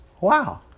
Wow